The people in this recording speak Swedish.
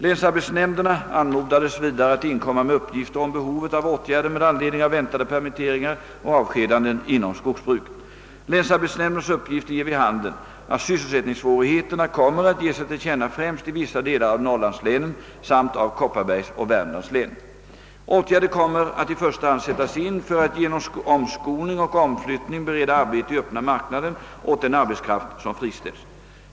Länsarbetsnämnderna anmodades vidare att inkomma med uppgifter om behovet av åtgärder med anledning av väntade permitteringar och avskedanden inom skogsbruket. Länsarbetsnämndernas uppgifter ger vid handen att sysselsättningssvårigheterna kommer att ge sig till känna främst i vissa delar av norrlandslänen samt av Kopparbergs och Värmlands län. Åtgärder kommer att i första hand sättas in för att genom omskolning och omflyttning bereda arbete i öppna marknaden åt den arbetskraft som friställs.